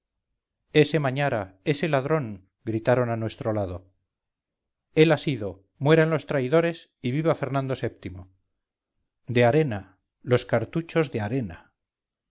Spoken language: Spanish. ese mañara ese ladrón gritaron a nuestro lado él ha sido mueran los traidores y viva fernando vii de arena los cartuchos de arena